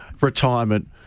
retirement